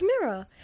Mirror